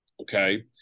Okay